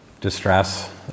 distress